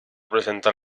presentar